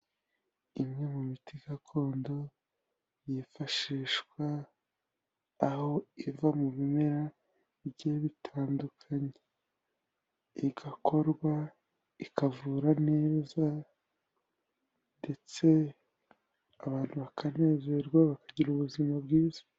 Imwe mu miti gakondo yifashishwa, aho iva mu bimera bigiye bitandukanye, igakorwa ikavura neza ndetse abantu bakanezerwa bakagira ubuzima bwiza.